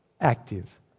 active